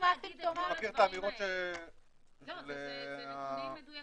אני מכיר את האמירות -- לא, זה נתונים מדויקים.